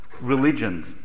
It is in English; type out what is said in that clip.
religions